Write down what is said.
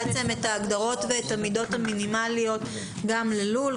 ההגדרות ואת המידות המינימליות גם ללול,